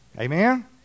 Amen